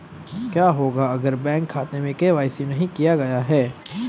क्या होगा अगर बैंक खाते में के.वाई.सी नहीं किया गया है?